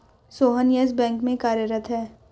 Sohan Yes Bank में कार्यरत है